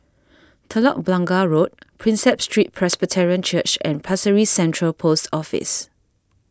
Telok Blangah Road Prinsep Street Presbyterian Church and Pasir Ris Central Post Office